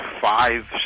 five